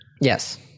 Yes